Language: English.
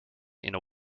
inner